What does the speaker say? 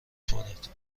خورد